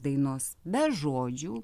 dainos be žodžių